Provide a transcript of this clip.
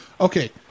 Okay